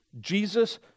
Jesus